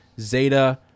Zeta